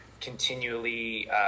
continually